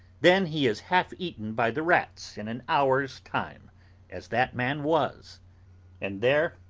then he is half-eaten by the rats in an hour's time as that man was and there